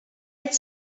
het